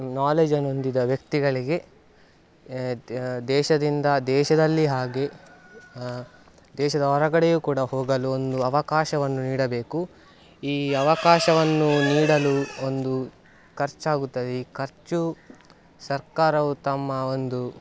ನಾಲೆಜನ್ನ ಹೊಂದಿದ ವ್ಯಕ್ತಿಗಳಿಗೆ ದೇಶದಿಂದ ದೇಶದಲ್ಲಿ ಹಾಗೇ ದೇಶದ ಹೊರಗಡೆಯು ಕೂಡ ಹೋಗಲು ಒಂದು ಅವಕಾಶವನ್ನು ನೀಡಬೇಕು ಈ ಅವಕಾಶವನ್ನು ನೀಡಲು ಒಂದು ಖರ್ಚಾಗುತ್ತದೆ ಈ ಖರ್ಚು ಸರ್ಕಾರವು ತಮ್ಮ ಒಂದು